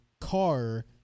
car